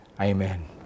Amen